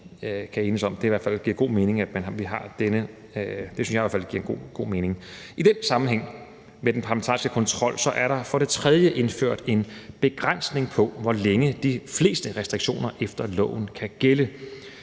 om giver god mening vi har. Det synes jeg i hvert fald giver god mening. I den sammenhæng med den parlamentariske kontrol er der for det tredje indført en begrænsning på, hvor længe de fleste restriktioner efter loven kan gælde.